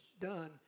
done